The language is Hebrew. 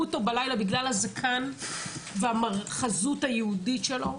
אותו בלילה בגלל הזקן והחזות היהודית שלו,